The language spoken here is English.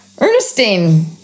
Ernestine